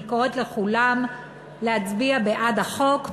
אני קוראת לכולם להצביע בעד החוק.